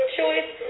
choice